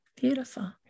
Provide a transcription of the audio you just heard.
beautiful